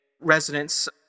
residents